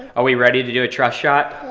are we ready to do a trust shot?